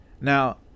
Now